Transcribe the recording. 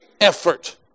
effort